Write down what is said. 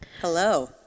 Hello